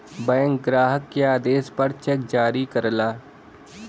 bank ग्राहक के आदेश पर चेक जारी करला